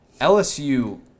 lsu